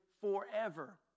forever